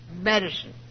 medicine